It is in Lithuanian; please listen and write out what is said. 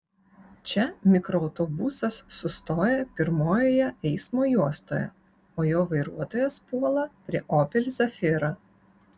čia mikroautobusas sustoja pirmojoje eismo juostoje o jo vairuotojas puola prie opel zafira